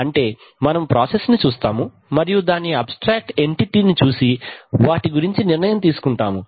అంటే మనము ప్రాసెస్ ని చూస్తాము మరియు దాని అబ్ స్ట్రాక్ట్ ఎంటిటి పరిధి ని చూసి వాటి గురించి నిర్ణయం తీసుకుంటాము